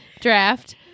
draft